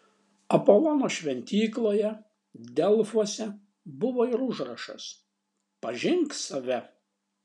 apolono šventykloje delfuose buvo ir užrašas pažink save